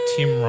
Tim